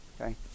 okay